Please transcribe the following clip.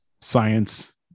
science